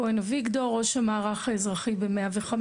ראש המערך האזרחי ב-105,